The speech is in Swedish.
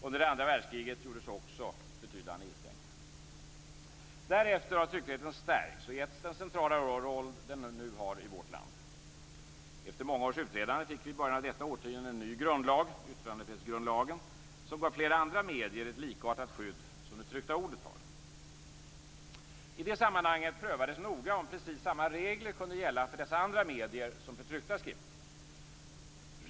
Under det andra världskriget gjordes också betydande inskränkningar. Därefter har tryckfriheten stärkts och getts den centrala roll den nu har i vårt land. Efter många års utredande fick vi i början av detta årtionde en ny grundlag - yttrandefrihetsgrundlagen - som gav flera andra medier ett likartat skydd som det tryckta ordet har. I det sammanhanget prövades noga om precis samma regler kunde gälla för dessa andra medier som för tryckta skrifter.